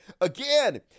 Again